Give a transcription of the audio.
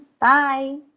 Bye